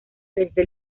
desde